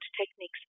techniques